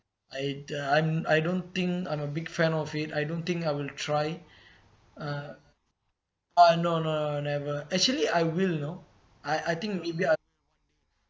I uh I'm I don't think I'm a big fan of it I don't think I will try uh oh no no never actually I will know I I think maybe I'll